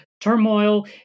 turmoil